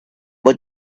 but